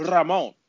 Ramon